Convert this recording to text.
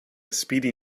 speedy